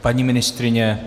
Paní ministryně?